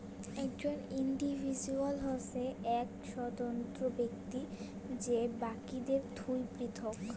একজন ইন্ডিভিজুয়াল হসে এক স্বতন্ত্র ব্যক্তি যে বাকিদের থুই পৃথক